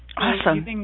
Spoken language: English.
Awesome